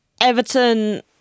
Everton